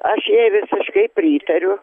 aš jai visiškai pritariu